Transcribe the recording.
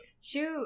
Shoot